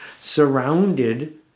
surrounded